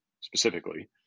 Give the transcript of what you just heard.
specifically